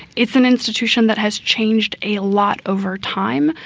it's an institution that has changed a lot over time,